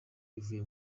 ivuye